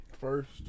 First